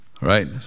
Right